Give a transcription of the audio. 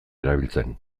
erabiltzen